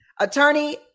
Attorney